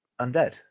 Undead